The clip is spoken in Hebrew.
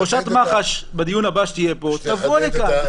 ראשת מח"ש בדיון הבא שיהיה פה תבוא לכאן.